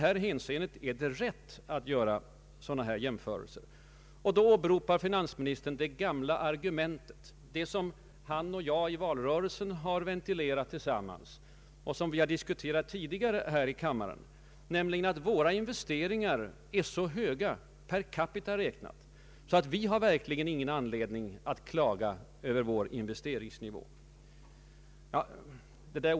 Finansministern åberopade det gamla argumentet, det som han och jag har diskuterat under valrörelsen liksom även tidigare här i kammaren, nämligen att våra investeringar är så höga per capita räknat att vi verkligen inte har någon anledning att klaga.